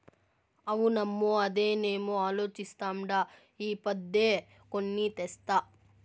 అవునమ్మో, అదేనేమో అలోచిస్తాండా ఈ పొద్దే కొని తెస్తా